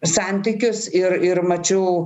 santykius ir ir mačiau